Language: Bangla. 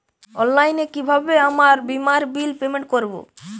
অনলাইনে কিভাবে আমার বীমার বিল পেমেন্ট করবো?